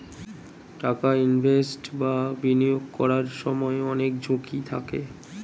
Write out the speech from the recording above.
টাকা ইনভেস্ট বা বিনিয়োগ করার সময় অনেক ঝুঁকি থাকে